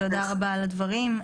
תודה רבה על הדברים.